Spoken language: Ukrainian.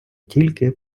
тільки